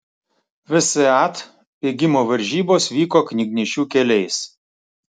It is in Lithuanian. vsat bėgimo varžybos vyko knygnešių keliais